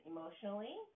Emotionally